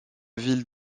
ville